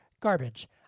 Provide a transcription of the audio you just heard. garbage